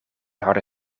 harde